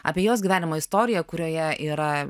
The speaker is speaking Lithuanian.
apie jos gyvenimo istoriją kurioje yra